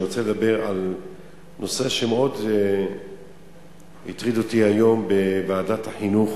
אני רוצה לדבר על נושא שמאוד הטריד אותי בוועדת החינוך,